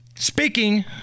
Speaking